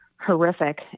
horrific